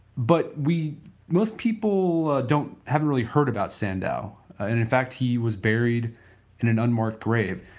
but we most people don't haven't really heard about sandow and in fact he was buried in an unmarked grave.